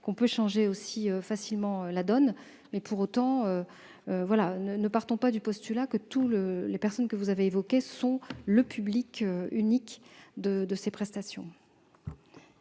l'on peut changer aussi facilement la donne. Pour autant, j'y insiste, ne partons pas du postulat que toutes les personnes que vous avez évoquées sont les bénéficiaires uniques de ces prestations.